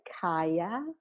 kaya